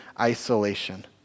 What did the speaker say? isolation